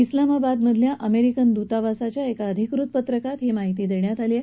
इस्लामाबाद मधल्या अमेरिकन दूतावासाच्या एका अधिकृत पत्रकात ही माहिती दिली आहे